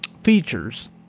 features